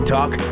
Talk